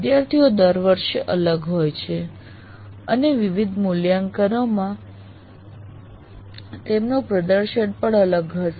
વિદ્યાર્થીઓ દર વર્ષે અલગ હોય છે અને વિવિધ મૂલ્યાંકનોમાં તેમનું પ્રદર્શન પણ અલગ હશે